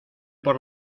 por